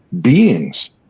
beings